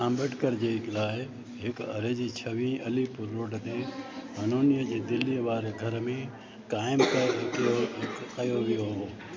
अम्बेडकर जे लाइ हिकु अरेज़ी छवी अलीपुर रोड ते हुननि जे दिल्ली वारे घर में कायमु कयो वियो हो